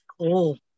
Cool